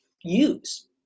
use